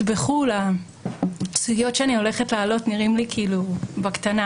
בחו"ל הסוגיות שאני הולכת להעלות נראות לי כאילו בקטנה,